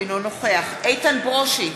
אינו נוכח איתן ברושי,